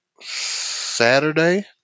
Saturday